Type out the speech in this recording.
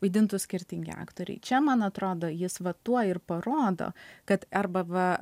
vaidintų skirtingi aktoriai čia man atrodo jis va tuo ir parodo kad arba va